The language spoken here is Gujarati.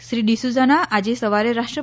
શ્રી ડિસૂઝાનું આજે સવારે રાષ્ર્